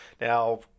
Now